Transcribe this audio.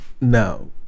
Now